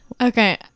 okay